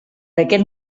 aquest